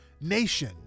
nation